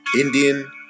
Indian